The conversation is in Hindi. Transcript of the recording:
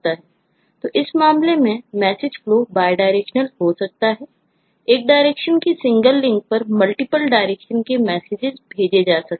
तो इस मामले में मैसेज फ्लो भेजे जा सकते हैं